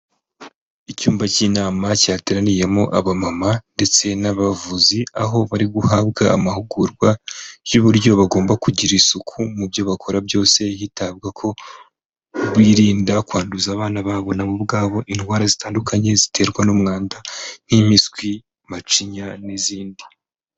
Icyumba k'inama cyateraniyemo abamama ndetse n'abavuzi, aho bari guhabwa amahugurwa y'uburyo bagomba kugira isuku mu byo bakora byose, hitabwa ko birinda kwanduza abana na bo ubwabo indwara zitandukanye ziterwa n'umwanda nk'impiswi, macinya n'izindi.